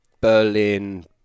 Berlin